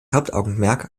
hauptaugenmerk